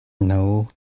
no